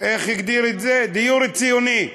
איך הגדיר את זה, דיור ציוני.